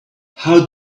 how